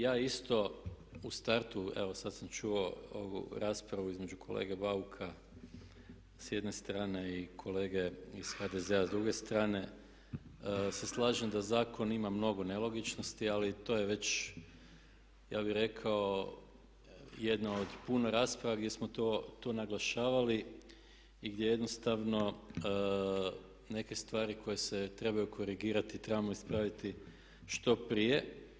Ja isto u startu evo sad sam čuo ovu raspravu između kolege Bauka s jedne strane i kolege iz HDZ-a s druge strane, slažem se da zakon ima mnogo nelogičnosti ali to je već ja bih rekao jedna puno rasprava gdje smo to naglašavali i gdje jednostavno neke stvari koje se trebaju korigirati trebamo ispraviti što prije.